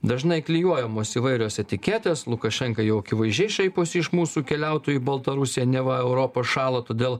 dažnai klijuojamos įvairios etiketės lukašenka jau akivaizdžiai šaiposi iš mūsų keliautojų į baltarusiją neva europa šąla todėl